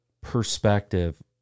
perspective